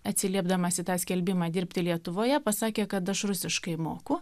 atsiliepdamas į tą skelbimą dirbti lietuvoje pasakė kad aš rusiškai moku